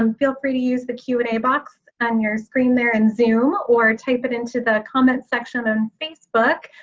um feel free to use the q and a box on your screen there in zoom, or type it into the comment section on facebook.